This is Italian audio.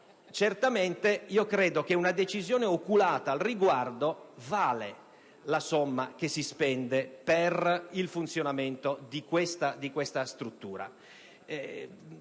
Certamente credo che una decisione oculata al riguardo valga la somma che si spende per il funzionamento di questa struttura.